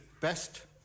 best